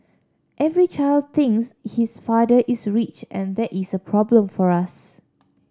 every child thinks his father is rich and that is a problem for us